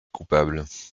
coupables